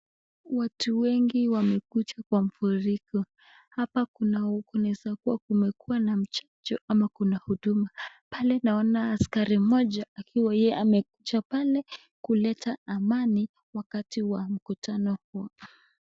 Watu wengi wamekuja kwa mfururiko. Hapa kuna kunaeza kuwa kumekuwa na mchanjo ama kuna huduma. Pale naona askari moja akiwa yeye amekuja pale kuleta amani wakati wa mkutano huo.